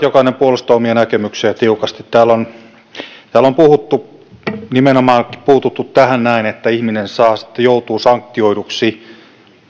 jokainen puolustaa omia näkemyksiään tiukasti täällä on täällä on nimenomaan puututtu tähän näin että ihminen sitten joutuu sanktioiduksi